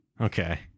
Okay